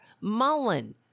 Mullen